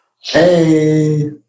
Hey